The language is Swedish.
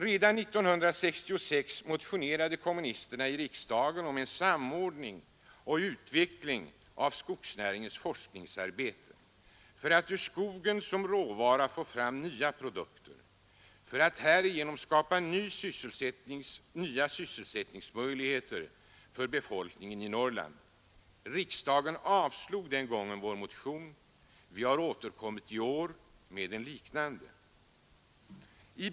Redan år 1966 motionerade kommunisterna i riksdagen om en samordning och utveckling av skogsnäringens forskningsarbete för att ur skogen som råvara få fram nya produkter och därmed skapa nya sysselsättningsmöjligheter för befolkningen i Norrland. Riksdagen avslog den gången vår motion. Vi har i år återkommit med en liknande motion.